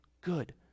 good